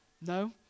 No